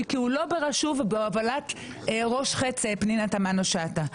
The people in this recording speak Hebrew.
כי הוא לא בהובלת ראש חץ פנינה תמנו שטה.